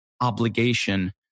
obligation